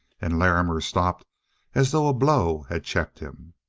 and larrimer stopped as though a blow had checked him.